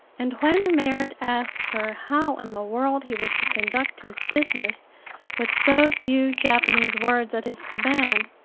and when merrit asked her how in the world he was to conduct his business with so few japanese words at his command,